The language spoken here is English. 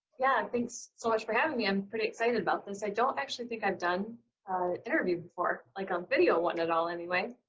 yeah, thanks so much for having me. i'm pretty excited about this. i don't actually think i've done an interview before, like on video one, at all. anyway,